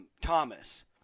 thomas